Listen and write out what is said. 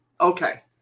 Okay